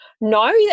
No